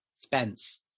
Spence